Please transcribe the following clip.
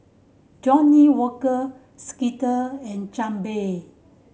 Johnnie Walker Skittle and Chang Beer